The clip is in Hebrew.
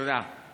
תודה.